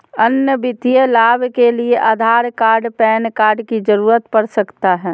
अन्य वित्तीय लाभ के लिए आधार कार्ड पैन कार्ड की जरूरत पड़ सकता है?